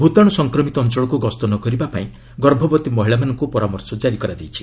ଭୂତାଣୁ ସଂକ୍ରମିତ ଅଞ୍ଚଳକୁ ଗସ୍ତ ନ କରିବାପାଇଁ ଗର୍ଭବତୀ ମହିଳାମାନଙ୍କୁ ପରାମର୍ଶ ଜାରି କରାଯାଇଛି